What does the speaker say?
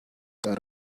that